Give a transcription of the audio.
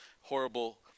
horrible